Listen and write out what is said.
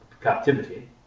captivity